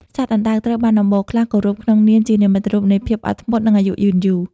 សត្វអណ្តើក ត្រូវបានអំបូរខ្លះគោរពក្នុងនាមជានិមិត្តរូបនៃភាពអត់ធ្មត់ និងអាយុយឺនយូរ។